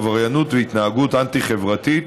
עבריינות והתנהגות אנטי-חברתית,